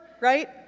right